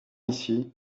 ici